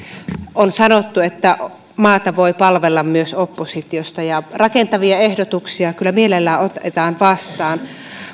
on sanottu että maata voi palvella myös oppositiosta ja rakentavia ehdotuksia kyllä mielellään otetaan vastaan